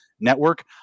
Network